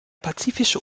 pazifische